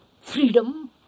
freedom